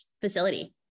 facility